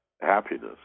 happiness